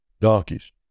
Donkeys